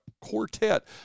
quartet